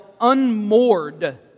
unmoored